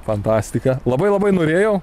fantastika labai labai norėjau